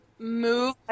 Move